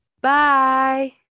Bye